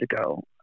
ago